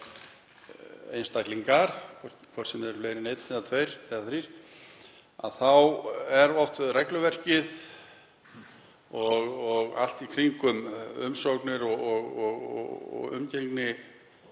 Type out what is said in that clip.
einstaklingar, hvort sem þeir eru fleiri en einn eða tveir eða þrír, þá eru oft við regluverkið og allt í kringum umsóknir og umgengni